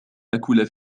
آكل